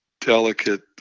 delicate